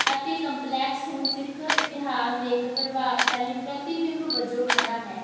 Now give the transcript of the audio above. ਅਤੇ ਕੰਪਲੈਕਸ ਹੁਣ ਸਿੱਖ ਇਤਿਹਾਸ ਦੇ ਇੱਕ ਪ੍ਰਭਾਵਸ਼ਾਲੀ ਪ੍ਰਤੀਬਿੰਬ ਵਜੋਂ ਖੜ੍ਹਾ ਹੈ